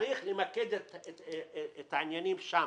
צריך למקד את העניינים שם.